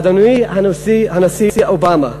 אדוני הנשיא אובמה,